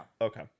Okay